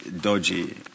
dodgy